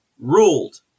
ruled